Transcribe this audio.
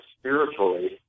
spiritually